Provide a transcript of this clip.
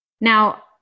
Now